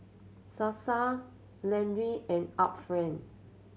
Sasa Laneige and Art Friend